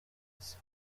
isibo